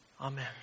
Amen